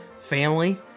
family